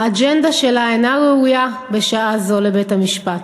האג'נדה שלה אינה ראויה בשעה זו לבית-המשפט.